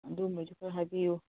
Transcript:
ꯑꯗꯨꯝꯕꯩꯁꯨ ꯈꯔ ꯍꯥꯏꯕꯤꯎ